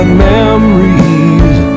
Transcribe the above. memories